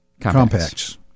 Compacts